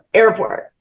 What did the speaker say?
airport